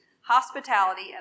hospitality